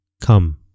Come